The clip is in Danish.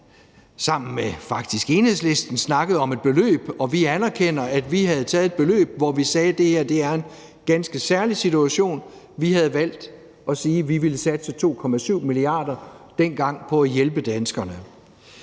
sammen med Enhedslisten, snakket om et beløb. Og vi anerkender, at vi havde taget et beløb, ud fra at vi sagde: Det her er en ganske særlig situation. Vi valgte dengang at sige, at vi ville satse 2,7 mia. kr. på at hjælpe danskerne.